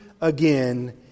again